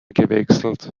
gewechselt